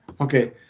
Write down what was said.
Okay